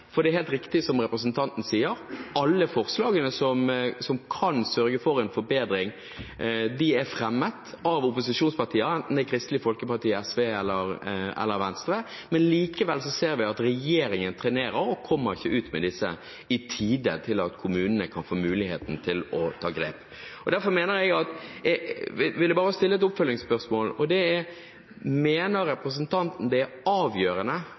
det er helt riktig som representanten sier, at alle forslagene som kan sørge for en forbedring, er fremmet av opposisjonspartier, enten det er Kristelig Folkeparti, SV eller Venstre. Likevel ser vi at regjeringen trenerer og ikke kommer ut med tiltak i tide til at kommunene kan få muligheten til å ta grep. Jeg vil bare stille et oppfølgingsspørsmål: Mener representanten det er avgjørende